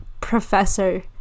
professor